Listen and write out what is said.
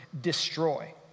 destroy